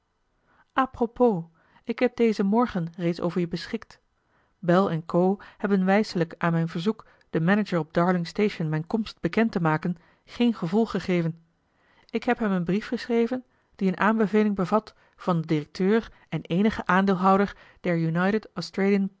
propos ik heb dezen morgen reeds over je beschikt bell en co hebben wijselijk aan mijn verzoek den manager op darlingstation mijne komst bekend te maken geen gevolg gegeven ik heb hem een brief geschreven die eene aanbeveling bevat van den directeur en éénigen aandeelhouder